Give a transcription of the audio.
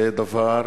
זה דבר